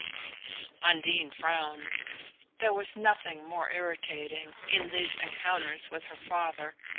undine frowned there was nothing more irritating, in these encounters with her father,